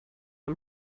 him